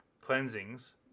cleansings